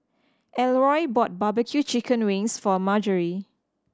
Elroy bought barbecue chicken wings for Margery